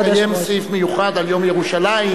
כבוד היושב-ראש.